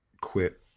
quit